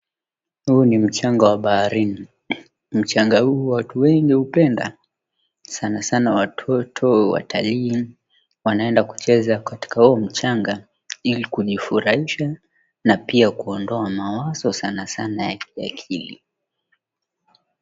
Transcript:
Huu ni mchanga wa baharini. Mchanga huu watu wengi hupenda sanasana watoto, watalii wanaenda kucheza katika huu mchanga ili kujifurahisha na pia kuondoa mawazo, sana sana ya akili.